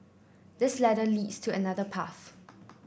this ladder leads to another path